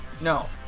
No